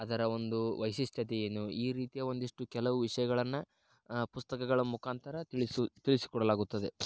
ಅದರ ಒಂದು ವೈಶಿಷ್ಟ್ಯತೆ ಏನು ಈ ರೀತಿಯ ಒಂದಿಷ್ಟು ಕೆಲವು ವಿಷಯಗಳನ್ನು ಪುಸ್ತಕಗಳ ಮುಖಾಂತರ ತಿಳಿಸು ತಿಳಿಸಿಕೊಡಲಾಗುತ್ತದೆ